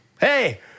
Hey